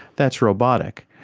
that's robotic.